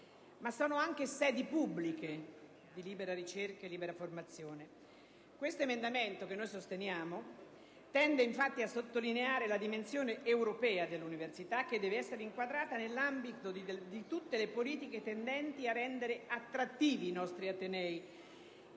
ma sono anche sedi pubbliche di libera ricerca e libera formazione. L'emendamento 1.300, che noi sosteniamo, tende a sottolineare la dimensione europea dell'università, che deve essere inquadrata nell'ambito di tutte le politiche tendenti a rendere attrattivi i nostri atenei,